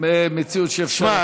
מציאות שאפשר,